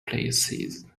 places